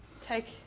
Take